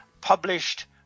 published